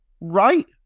right